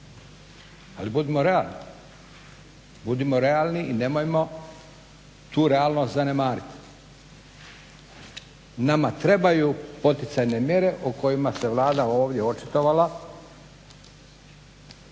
Ali budimo realni i nemojmo tu realnost zanemariti. Nama trebaju poticajne mjere o kojima se Vlada ovdje očitovala